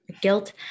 Guilt